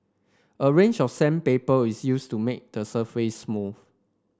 a range of sandpaper is used to make the surface smooth